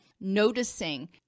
noticing